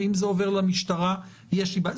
ואם זה עובר למשטרה יש לי בעיה.